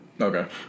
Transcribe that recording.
Okay